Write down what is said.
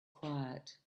quiet